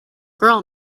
girl